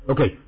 Okay